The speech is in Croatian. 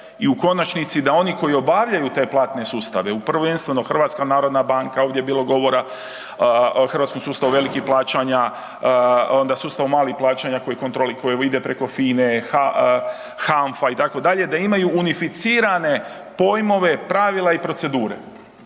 i u konačnici, da oni koji obavljaju te platne sustave, prvenstveno HNB, ovdje je bilo govora o hrvatskom sustavu velikih plaćanja, onda sustavu malih plaćanja koji .../nerazumljivo/... koji ide preko FINA-e, HANFA, itd., da imaju unificirane pojmove, pravila i procedure.